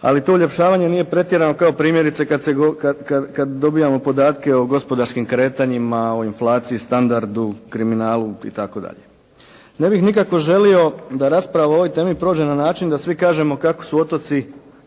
ali to uljepšavanje nije pretjerano kao primjerice kad dobivamo podatke o gospodarskim kretanjima, o inflaciji, standardu, kriminalu itd. Ne bih nikako želio da rasprava o ovoj temi prođe na način da svi kažemo kako su otoci